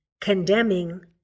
condemning